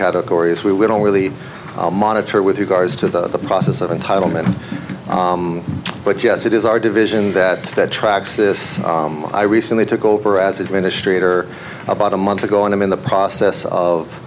categories we we don't really monitor with regards to the process of entitlement but yes it is our division that that tracks this i recently took over as administrator about a month ago and i'm in the process of